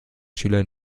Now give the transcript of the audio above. schüler